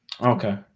Okay